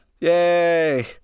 yay